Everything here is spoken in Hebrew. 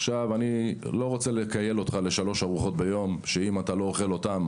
אני לא רוצה לכייל אותך לשלוש ארוחות ביום שאם אתה לא אוכל אותם,